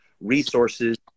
resources